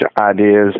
ideas